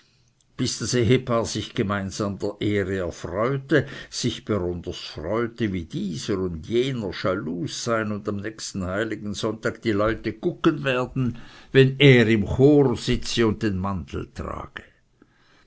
das ehepaar sich gemeinsam der ehre freute sich besonders freute wie dieser und diese schalus sein und am nächsten heiligen sonntag die leute guggen werden wenn er im chor sitze und den mantel trage